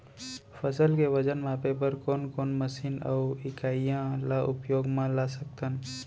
फसल के वजन मापे बर कोन कोन मशीन अऊ इकाइयां ला उपयोग मा ला सकथन?